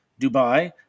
dubai